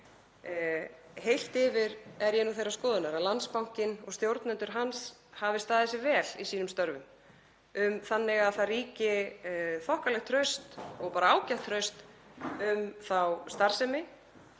Heilt yfir er ég þeirrar skoðunar að Landsbankinn og stjórnendur hans hafi staðið sig vel í sínum störfum. Það ríkir þokkalegt traust og bara ágætt traust um þá starfsemi